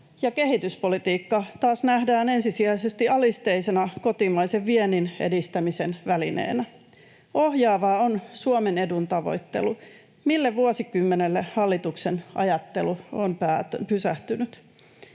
kehityspolitiikka taas nähdään ensisijaisesti alisteisena kotimaisen viennin edistämisen välineenä. Ohjaavaa on Suomen edun tavoittelu. Mille vuosikymmenelle hallituksen ajattelu on pysähtynyt?